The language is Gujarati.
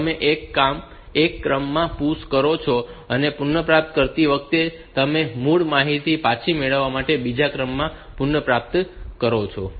તેથી તમે એક ક્રમમાં PUSH કરો છો અને પુનઃપ્રાપ્ત કરતી વખતે તમે મૂળ માહિતી પાછી મેળવવા માટે બીજા ક્રમમાં પુનઃપ્રાપ્ત કરો છો